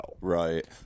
Right